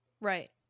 Right